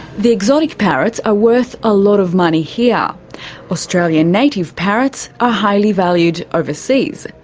the exotic parrots are worth a lot of money here australian native parrots are highly valued overseas.